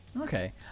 Okay